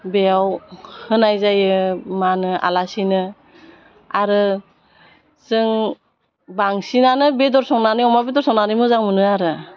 बेयाव होनाय जायो मा होनो आलासिनो आरो जों बांसिनानो बेदर संनानै अमा बेदर संनानै मोजां मोनो आरो